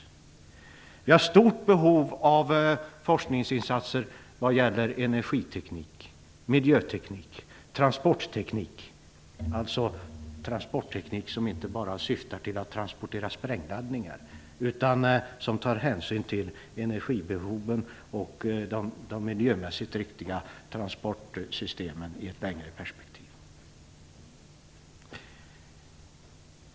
Det finns ett stort behov av forskningsinsatser när det gäller energiteknik, miljöteknik och transportteknik som inte bara syftar till att transportera sprängladdningar utan som tar hänsyn till energibehoven och de miljömässigt riktiga transportsystemen i ett längre perspektiv.